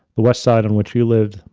the west side in which you lived,